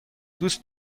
دوست